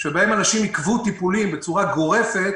שבהם אנשים עיכבו טיפולים צורה גורפת,